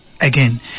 again